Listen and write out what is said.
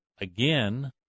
again